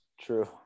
true